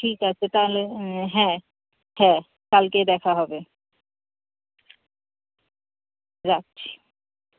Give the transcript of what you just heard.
ঠিক আছে তাহলে হ্যাঁ হ্যাঁ কালকেই দেখা হবে রাখছি